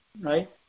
right